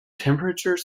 temperature